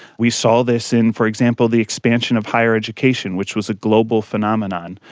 we saw this in, for example, the expansion of higher education which was a global phenomenon.